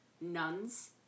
nuns